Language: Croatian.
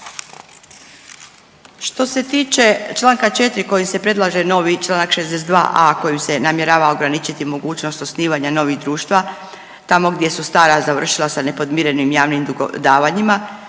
Što se tiče članka 4. kojim se predlaže novi članak 62a. kojim se namjerava ograničiti mogućnost osnivanja novih društava tamo gdje su stara završila sa nepodmirenim javnim davanjima